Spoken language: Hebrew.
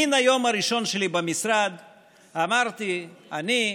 מן היום הראשון שלי במשרד אמרתי, אני,